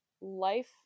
life